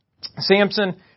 Samson